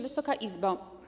Wysoka Izbo!